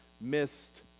missed